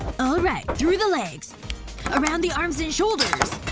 all right, through the legs around the arms and shoulders